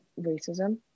racism